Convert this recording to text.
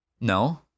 No